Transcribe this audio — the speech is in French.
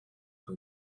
peu